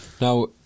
Now